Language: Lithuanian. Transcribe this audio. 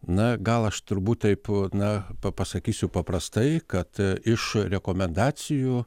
na gal aš turbūt taip na pa pasakysiu paprastai kad iš rekomendacijų